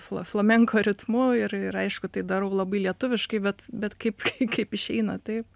fla flamenko ritmu ir ir aišku tai darau labai lietuviškai bet bet kaip kaip išeina taip